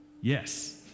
Yes